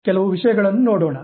ಕೆಲವು ವಿಷಯಗಳನ್ನು ನೋಡೋಣ